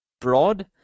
Broad